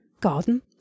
garden